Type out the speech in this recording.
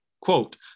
Quote